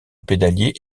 pédalier